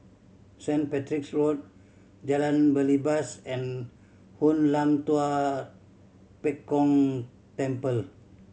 Saint Patrick's Road Jalan Belibas and Hoon Lam Tua Pek Kong Temple